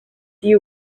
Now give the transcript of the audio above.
you